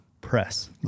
press